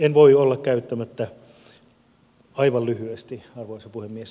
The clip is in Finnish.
en voi olla käyttämättä aivan lyhyesti arvoisa puhemies